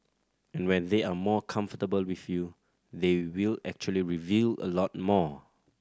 and when they are more comfortable with you they will actually reveal a lot more